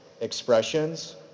expressions